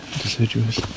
deciduous